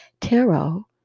tarot